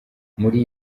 muri